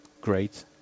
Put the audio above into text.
great